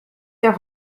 their